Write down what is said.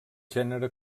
gènere